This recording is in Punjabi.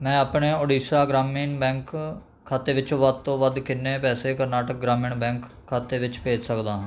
ਮੈਂ ਆਪਣੇ ਓਡੀਸ਼ਾ ਗ੍ਰਾਮੀਨ ਬੈਂਕ ਖਾਤੇ ਵਿੱਚੋਂ ਵੱਧ ਤੋਂ ਵੱਧ ਕਿੰਨੇ ਪੈਸੇ ਕਰਨਾਟਕ ਗ੍ਰਾਮੀਣ ਬੈਂਕ ਖਾਤੇ ਵਿੱਚ ਭੇਜ ਸਕਦਾ ਹਾਂ